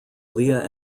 leah